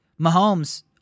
Mahomes